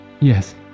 Yes